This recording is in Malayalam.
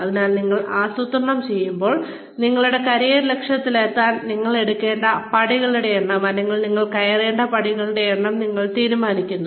അതിനാൽ നിങ്ങൾ ആസൂത്രണം ചെയ്യുമ്പോൾ നിങ്ങളുടെ കരിയർ ലക്ഷ്യത്തിലെത്താൻ നിങ്ങൾ എടുക്കേണ്ട പടികളുടെ എണ്ണം അല്ലെങ്കിൽ നിങ്ങൾ കയറേണ്ട പടികളുടെ എണ്ണം നിങ്ങൾ തീരുമാനിക്കുന്നു